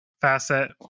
facet